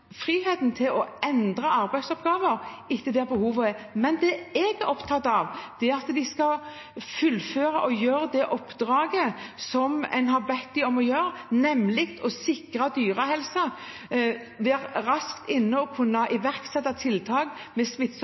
de skal fullføre og utføre det oppdraget en har bedt dem om å gjøre, nemlig å sikre dyrehelsen, være raskt inne for å kunne iverksette tiltak mot smittsomme sykdommer, avdekke sykdommer og ikke minst bistå med